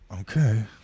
Okay